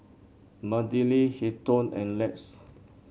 Madilyn Hilton and Lex